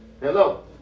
Hello